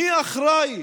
מי אחראי